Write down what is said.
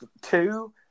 two